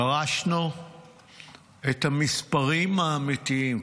דרשנו את המספרים האמיתיים,